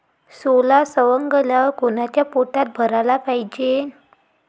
सोला सवंगल्यावर कोनच्या पोत्यात भराले पायजे?